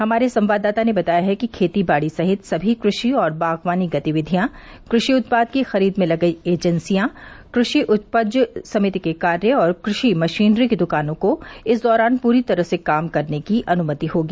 हमारे संवाददाता ने बताया है कि खेती बाड़ी सहित सभी कृषि और बागवानी गतिविधियां कृषि उत्पाद की खरीद में लगी एजेंसियां कृषि उपज समिति के कार्य और कृषि मशीनरी की दुकानों को इस दौरान पूरी तरह से काम करने की अनुमति होगी